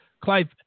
Clive